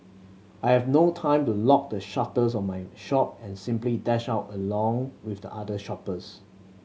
I've no time to lock the shutters of my shop and simply dashed out along with the other shoppers